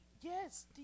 yes